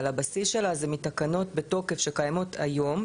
אבל הבסיס שלה זה מתקנות בתוקף שקיימות היום.